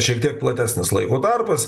šiek tiek platesnis laiko tarpas